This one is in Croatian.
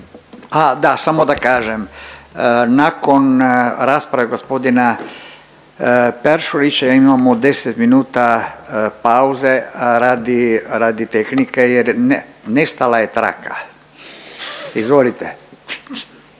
da, samo da kažem. Nakon rasprave gospodina Peršurića, imamo 10 minuta pauze, radi, radi tehnike jer ne, nestala je traka. Izvolite.